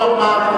הוא אמר,